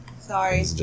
Sorry